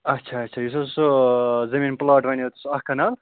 اچھا اچھا یُس حظ سُہ زٔمیٖن پٕلاٹ وَنیو سُہ اَکھ کَنال